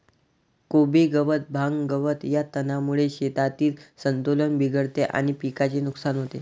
कोबी गवत, भांग, गवत या तणांमुळे शेतातील संतुलन बिघडते आणि पिकाचे नुकसान होते